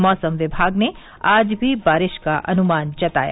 मौसम विभाग ने आज भी बारिश का अनुमान जताया